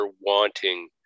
wanting